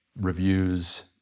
reviews